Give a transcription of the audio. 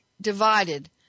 divided